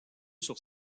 sur